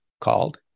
called